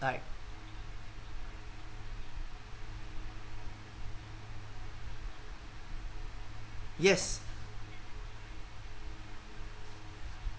like yes